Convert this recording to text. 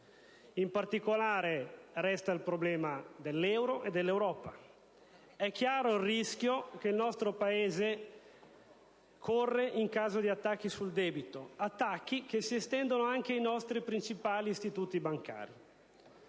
In particolare, resta il problema dell'euro e dell'Europa. È chiaro il rischio che il nostro Paese corre in caso di attacchi sul fronte del debito, attacchi che si estendono anche ai nostri principali istituti bancari.